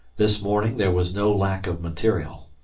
this morning there was no lack of material,